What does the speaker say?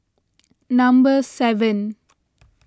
number seven